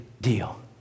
deal